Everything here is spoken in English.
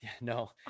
no